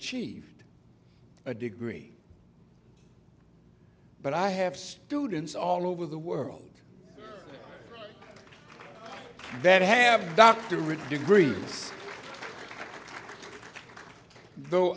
achieved a degree but i have students all over the world that have doctorate degrees though